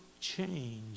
change